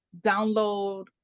download